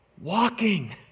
walking